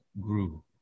grew